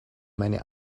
meine